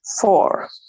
Four